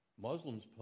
Muslims